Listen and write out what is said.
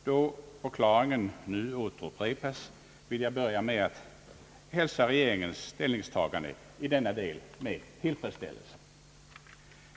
Då förklaringen nu upprepas, vill jag börja med att hälsa regeringens ställningstagande i denna del med tillfredsställelse.